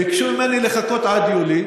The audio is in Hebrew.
ביקשו ממני לחכות עד יולי.